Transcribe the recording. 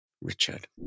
Richard